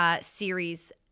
series